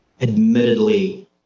Admittedly